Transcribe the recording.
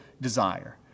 desire